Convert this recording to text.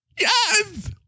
Yes